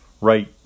right